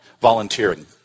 volunteering